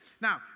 Now